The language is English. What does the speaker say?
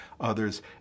others